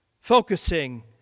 focusing